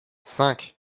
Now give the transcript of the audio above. cinq